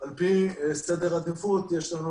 בתוכנית שלנו יש לנו